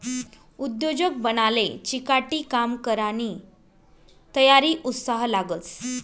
उद्योजक बनाले चिकाटी, काम करानी तयारी, उत्साह लागस